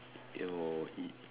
yo E